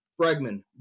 Bregman